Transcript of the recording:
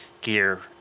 gear